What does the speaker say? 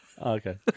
Okay